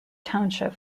township